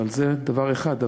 אבל זה דבר אחד.